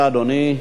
אדוני,